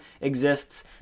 exists